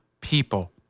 people